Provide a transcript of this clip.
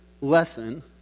lesson